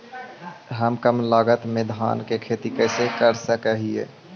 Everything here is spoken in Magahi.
हम कम लागत में धान के खेती कर सकहिय?